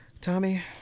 Tommy